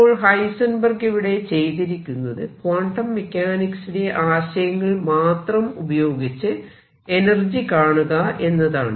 അപ്പോൾ ഹൈസെൻബെർഗ് ഇവിടെ ചെയ്തിരിക്കുന്നത് ക്വാണ്ടം മെക്കാനിക്സിലെ ആശയങ്ങൾ മാത്രം ഉപയോഗിച്ച് എനർജി കാണുക എന്നതാണ്